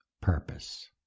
purpose